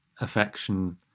affection